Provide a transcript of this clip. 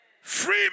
Free